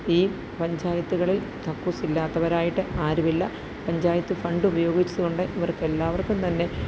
ഈ പഞ്ചായത്തുകളിൽ കക്കൂസില്ലാത്തവരായിട്ടു ആരുമില്ല പഞ്ചായത്തു ഫണ്ടുപയോഗിച്ചു കൊണ്ട് ഇവർക്കെല്ലാവർക്കും തന്നെ